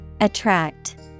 Attract